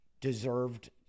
deserved